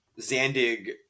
Zandig